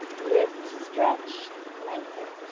lift, stretch, lengthen.